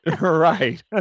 right